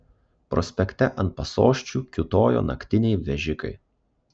prospekte ant pasosčių kiūtojo naktiniai vežikai